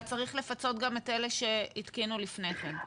אבל צריך לפצות גם את מי שהתקינו לפני כן.